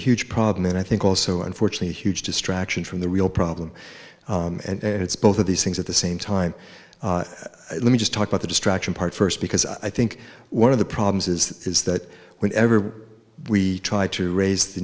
huge problem and i think also unfortunately huge distraction from the real problem and it's both of these things at the same time let me just talk about the distraction part first because i think one of the problems is is that whenever we try to raise the